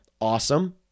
awesome